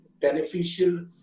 beneficial